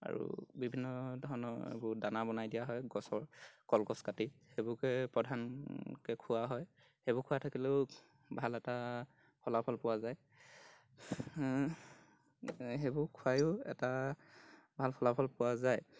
আৰু বিভিন্ন ধৰণৰ এইবোৰ দানা বনাই দিয়া হয় গছৰ কলগছ কাটি সেইবোৰকে প্ৰধানকৈ খুওৱা হয় সেইবোৰ খোৱাই থাকিলেও ভাল এটা ফলাফল পোৱা যায় সেইবোৰ খুৱাইয়ো এটা ভাল ফলাফল পোৱা যায়